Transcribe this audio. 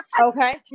Okay